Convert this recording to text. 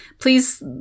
Please